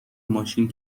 ماشین